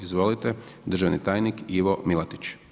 Izvolite, državni tajnik Ivo Milatić.